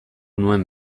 nuen